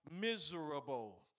miserable